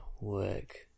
work